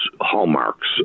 hallmarks